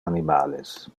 animales